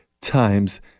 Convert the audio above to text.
times